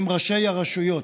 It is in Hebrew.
הם ראשי הרשויות.